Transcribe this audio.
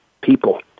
people